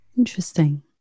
Interesting